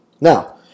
Now